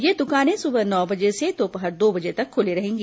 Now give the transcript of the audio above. ये दुकानें सुबह नौ बजे से दोपहर दो बजे तक खुली रहेगी